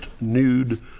nude